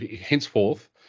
henceforth